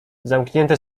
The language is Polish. zamknięte